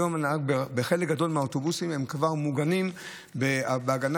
היום בחלק גדול מהאוטובוסים הנהגים כבר מוגנים בהגנה